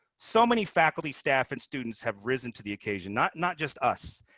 so many faculty, staff, and students have risen to the occasion, not not just us.